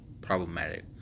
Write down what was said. problematic